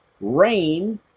rain